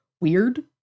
weird